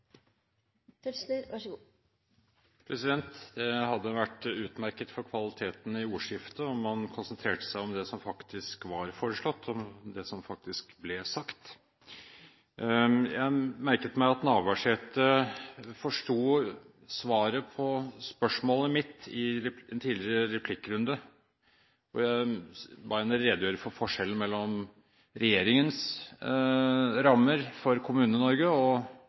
Det hadde vært utmerket for kvaliteten i ordskiftet om man konsentrerte seg om det som faktisk var foreslått, og om det som faktisk ble sagt. Jeg merket meg at Navarsete – ut fra svaret på spørsmålet mitt i en tidligere replikkrunde, hvor jeg ba henne redegjøre for forskjellen mellom regjeringens rammer for Kommune-Norge og